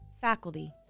faculty